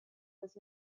was